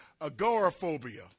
Agoraphobia